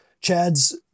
Chad's